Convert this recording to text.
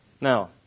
Now